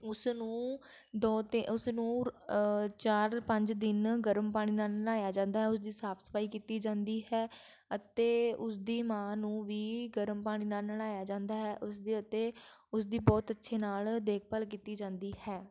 ਉਸ ਨੂੰ ਦੋ ਅਤੇ ਉਸ ਨੂੰ ਚਾਰ ਪੰਜ ਦਿਨ ਗਰਮ ਪਾਣੀ ਨਾਲ ਨਲਾਇਆ ਜਾਂਦਾ ਉਸਦੀ ਸਾਫ ਸਫਾਈ ਕੀਤੀ ਜਾਂਦੀ ਹੈ ਅਤੇ ਉਸਦੀ ਮਾਂ ਨੂੰ ਵੀ ਗਰਮ ਪਾਣੀ ਨਾਲ ਨਲਾਇਆ ਜਾਂਦਾ ਹੈ ਉਸ ਦੀ ਅਤੇ ਉਸਦੀ ਬਹੁਤ ਅੱਛੀ ਨਾਲ ਦੇਖਭਾਲ ਕੀਤੀ ਜਾਂਦੀ ਹੈ